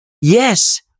yes